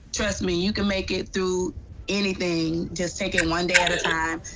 trust me you can make it through anything. just take it one day at a time,